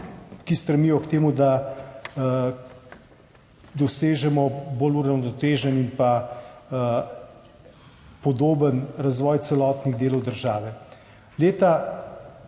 ki stremijo k temu, da dosežemo bolj uravnotežen in pa podoben razvoj celotnih delov države.